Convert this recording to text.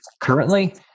currently